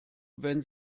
wenn